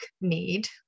need